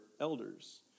elders